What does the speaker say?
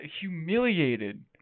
humiliated